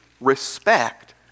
respect